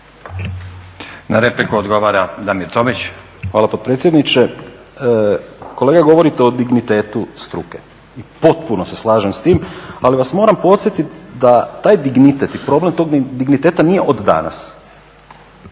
Damir Tomić. **Tomić, Damir (SDP)** Hvala potpredsjedniče. Kolega govorite o dignitetu struke. Potpuno se slažem s tim ali vas moram podsjetiti da taj dignitet i problem tog digniteta nije od danas.